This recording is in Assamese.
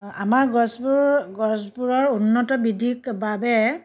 আমাৰ গছবোৰ গছবোৰৰ উন্নত বৃ্দ্ধিৰ বাবে